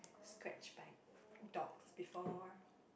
scratched by dogs before